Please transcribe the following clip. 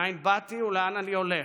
מאין באתי ולאן אני הולך,